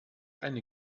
eine